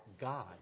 God